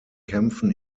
kämpfen